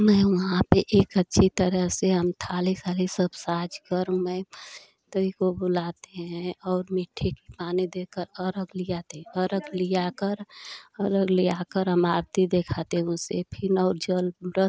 मैं वहाँ पर एक अच्छी तरह से हम थाली साली सब साज कर मैं ति को बुलाते हैं और मीठे के पानी देकर अर्घ लियाते अर्घ लियाकर अर्घ लियाकर हम आरती देखाते उसे फिर और जल व्रत